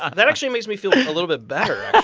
that actually makes me feel a little bit better,